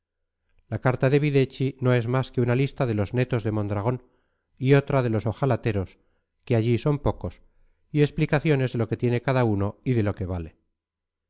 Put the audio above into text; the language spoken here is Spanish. la carta de videchi no es más que una lista de los netos de mondragón y otra de los ojalateros que allí son pocos y explicaciones de lo que tiene cada uno y de lo que vale